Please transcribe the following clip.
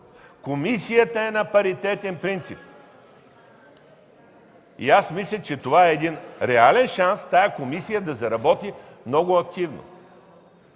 Комисията е на паритетен принцип и аз мисля, че това е реален шанс тази комисия да заработи много активно!